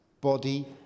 body